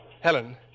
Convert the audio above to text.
Helen